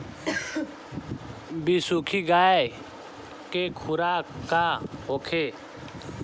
बिसुखी गाय के खुराक का होखे?